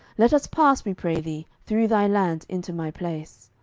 let us pass, we pray thee, through thy land into my place.